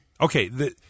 Okay